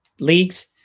leagues